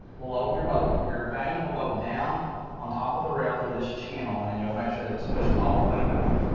we'll load your bolt. your vane will go down on top of the rail through this channel and then and you'll make sure that it's pushed all the way back.